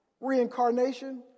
reincarnation